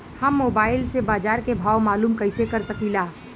हम मोबाइल से बाजार के भाव मालूम कइसे कर सकीला?